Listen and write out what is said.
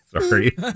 Sorry